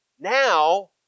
Now